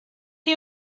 chi